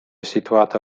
situata